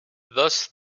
thus